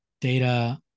data